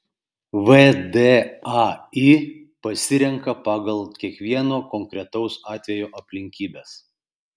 vdai pasirenka pagal kiekvieno konkretaus atvejo aplinkybes